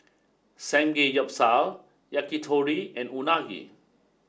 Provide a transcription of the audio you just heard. Samgeyopsal Yakitori and Unagi